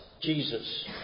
Jesus